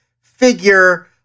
figure